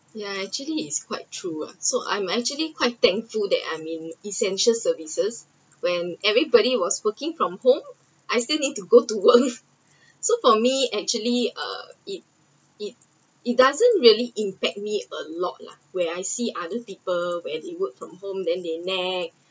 ya actually is quite true uh so I’m actually quite thankful that I’m in essential services when everybody was working from home I still need to go to work so for me actually uh it it it doesn’t really impact me a lot lah where I see other people where work from home then they nag